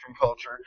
culture